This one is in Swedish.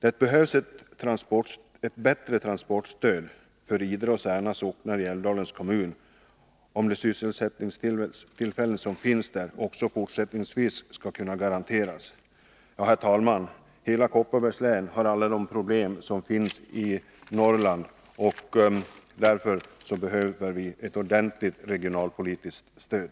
Det behövs ett bättre transportstöd för Idre och Särna socknar i Älvdalens kommun, om de sysselsättningstillfällen som finns där också fortsättningsvis skall kunna garanteras. Herr talman! Kopparbergs län har alla de problem som finns i Norrland, och därför behöver vi ett ordentligt regionalpolitiskt stöd.